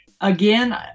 again